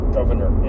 Governor